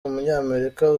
umunyamerika